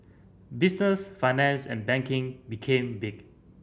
business finance and banking became big